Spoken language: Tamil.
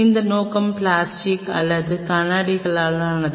இந்த நோக்கம் பிளாஸ்டிக் அல்லது கண்ணாடிக்கானதா